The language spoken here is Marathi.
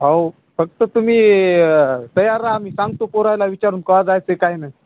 हो फक्त तुम्ही तयार रहा आम्ही सांगतो पोराला विचारून का जायचं आहे काय ना